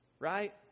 Right